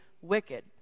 wicked